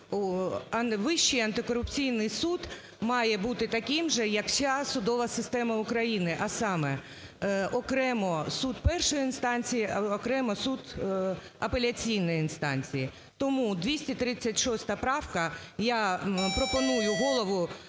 Вищий антикорупційний суд має бути таким же, як вся судова система України, а саме окремо суд першої інстанції, окремо суд апеляційної інстанції. Тому 236 правка, я пропоную Голову